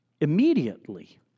immediately